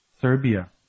Serbia